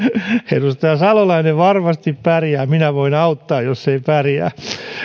edustaja salolainen varmasti pärjää minä voin auttaa jos ei pärjää